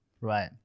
Right